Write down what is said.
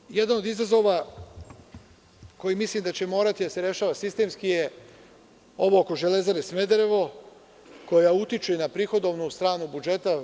Takođe, jedan od izazova, koji mislim da će morati da se rešava sistemski, je ovo oko „Železare Smederevo“ koja utiče na prihodovnu stranu budžeta.